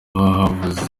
bahunze